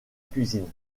cuisine